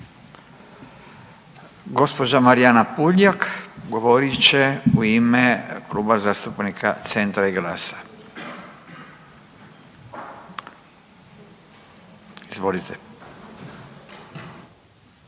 Gospođa Marijana Puljak govorit će u ime Kluba zastupnika Centra i GLAS-a. Izvolite.